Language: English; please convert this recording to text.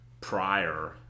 prior